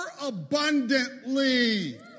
abundantly